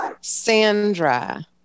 Sandra